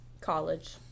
college